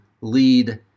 lead